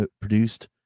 produced